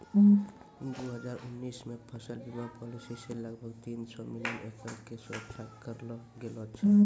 दू हजार उन्नीस मे फसल बीमा पॉलिसी से लगभग तीन सौ मिलियन एकड़ के सुरक्षा करलो गेलौ छलै